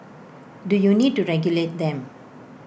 do you need to regulate them